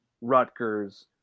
Rutgers